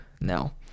now